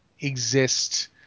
exist